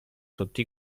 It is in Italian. sotto